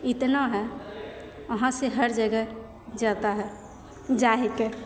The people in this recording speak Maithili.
इतना है वहाँ से हर जगह जाता है जाए हिकै